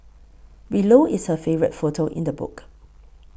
below is her favourite photo in the book